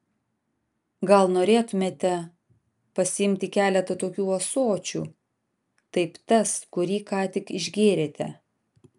gal norėtumėte pasiimti keletą tokių ąsočių taip tas kurį ką tik išgėrėte